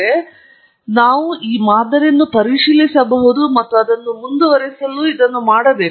ಈಗ ನಾವು ಈ ಮಾದರಿಯನ್ನು ಪರಿಶೀಲಿಸಬಹುದು ಮತ್ತು ಅದನ್ನು ಮುಂದುವರೆಸಲು ನಾವು ಇದನ್ನು ಮಾಡಬೇಕು